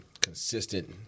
consistent